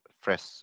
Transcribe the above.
fresh